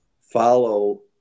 follow